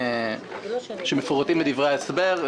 שמפורטים בדברי ההסבר.